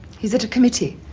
he's at a committee.